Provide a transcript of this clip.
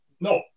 No